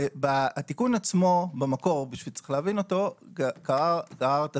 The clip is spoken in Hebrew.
התיקון עצמו במקור, צריך להבין אותו, גרר את